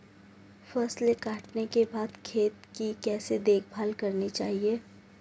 फसल काटने के बाद खेत की कैसे देखभाल करनी चाहिए?